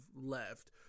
left